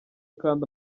kandi